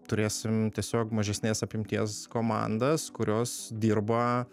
turėsim tiesiog mažesnės apimties komandas kurios dirba